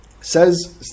says